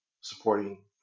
supporting